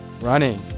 running